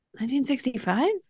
1965